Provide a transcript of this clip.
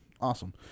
Awesome